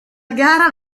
gara